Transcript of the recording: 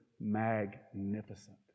magnificent